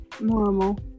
normal